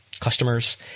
customers